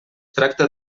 tracta